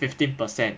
fifteen percent